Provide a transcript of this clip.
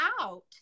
out